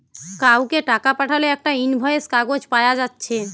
কাউকে টাকা পাঠালে একটা ইনভয়েস কাগজ পায়া যাচ্ছে